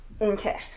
Okay